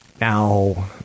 Now